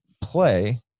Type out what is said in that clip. play